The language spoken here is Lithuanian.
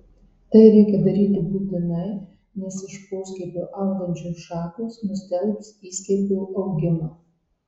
tai reikia daryti būtinai nes iš poskiepio augančios šakos nustelbs įskiepio augimą